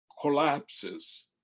collapses